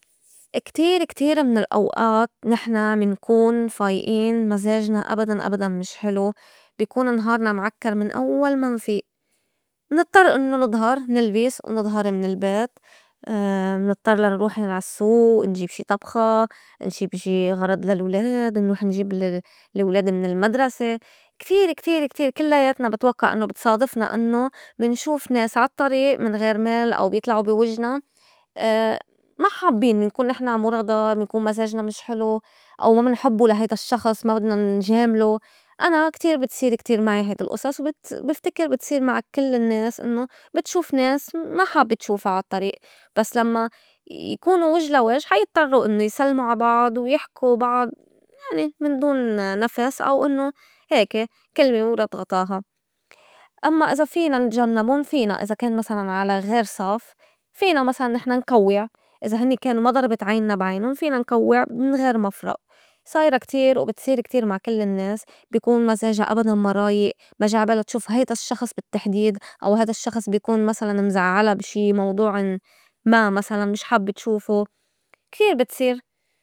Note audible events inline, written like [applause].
كتير- كتير من الأوقات نحن منكون فايئين مزاجنا أبداً- أبداً مش حلو بي كون نهارنا معكّر من أوّل ما نفيئ منضطّر إنّو نضهر نلبس ونضهر من البيت [hesitation] منضطّر لنروح عال سّوق نجيب شي طبخة، نجيب شي غرض للولاد، نروح نجيب لل- لولاد من المدرسة كتير- كتير- كتير كلّياتنا بتوقّع إنّو بتصادفنا إنّو منشوف ناس عال طّريق من غير مال أو بيطلعو بوجنا [hesitation] ما حابّين نكون نحن مُرضى، من كون مزاجنا مش حلو، أو ما منحبّو لا هيدا الشّخص ما بدنا نجامله، أنا كتير بتصير كتير معي هيدي الأصص وبت- بفتكر بتصير مع كل النّاس إنّو بتشوف ناس ما حابّي تشوفا عال طّريق، بس لمّا يكونوا وج لا وج حا يضطروا إنّو يسلموا عا بعض ويحكوا بعض يعني من دون نفس أو إنّو هيكا كلمة ورد غطاها، أمّا إذا فينا نتجنّبُن فينا إذا كان مسلاً على غير صف فينا مسلاً نحن نكوّع إذا هنّي كانوا ما ضربت عينّا بعينون فينا نكوّع من غير مفرق صايرة كتير وبتصير كتير مع كل النّاس بكون مزاجا أبداً ما رايق ما جاي عبالا تشوف هيدا الشّخص بالتّحديد أو هيدا الشّخص بي كون مسلاً مزعّلا بشي موضوعٍ ما مسلاً مش حابّه تشوفوا كتير بتصيير.